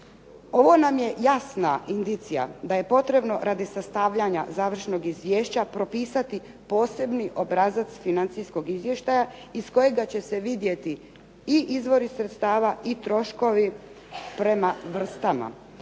Ovo nam je jasna indicija da je potrebno radi sastavljanja završnog izvješća propisati poseban obrazac financijskog izvještaja iz kojega će se vidjeti i izvori sredstava i troškovi prema vrstama.